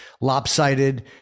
lopsided